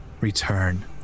return